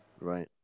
right